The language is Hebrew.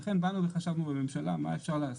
ולכן באנו וחשבנו בממשלה מה אפשר לעשות.